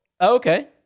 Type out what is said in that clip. Okay